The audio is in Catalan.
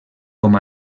com